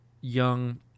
young